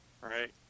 Right